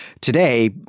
today